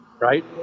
right